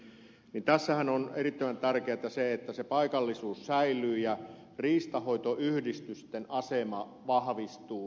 tässähän on äärettömän tärkeätä se että paikallisuus säilyy ja riistanhoitoyhdistysten asema vahvistuu